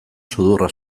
sudurra